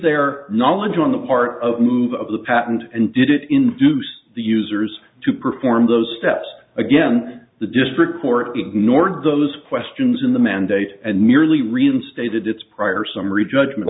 their knowledge on the part of move of the patent and did it induce the users to perform those steps again the district court ignored those questions in the mandate and merely reinstated its prior summary judgment